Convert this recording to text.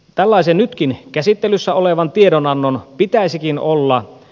tällaisen nytkin käsittelyssä olevan tiedonannon pitäisikin olla